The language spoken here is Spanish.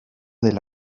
del